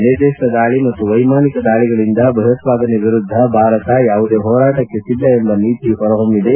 ನಿರ್ದಿಷ್ಷ ದಾಳಿ ಮತ್ತು ವೈಮಾನಿಕ ದಾಳಿಗಳಿಂದ ಭಯೋತಾದನೆ ವಿರುದ್ಧ ಭಾರತ ಯಾವುದೇ ಹೋರಾಟಕ್ಕೆ ಸಿದ್ಧ ಎಂಬ ನೀತಿ ಹೊರಹೊಮ್ಬಿದೆ